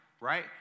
right